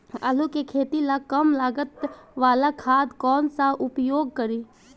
आलू के खेती ला कम लागत वाला खाद कौन सा उपयोग करी?